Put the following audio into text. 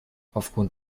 aufgrund